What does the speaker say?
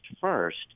first